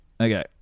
Okay